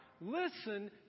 listen